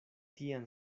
tian